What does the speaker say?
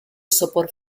sopor